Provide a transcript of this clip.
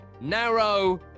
Narrow